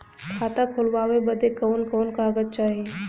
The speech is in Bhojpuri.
खाता खोलवावे बादे कवन कवन कागज चाही?